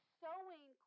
sewing